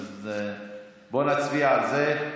בוא נצביע על זה,